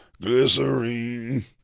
Glycerine